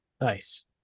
Nice